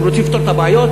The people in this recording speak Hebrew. אתם רוצים לפתור את הבעיות?